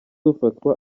ufatwa